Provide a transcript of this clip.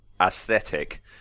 aesthetic